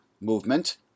movement